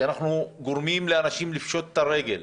כשאנחנו גורמים לאנשים לפשוט רגל,